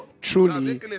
truly